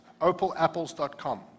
OpalApples.com